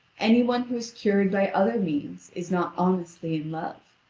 any one who is cured by other means is not honestly in love.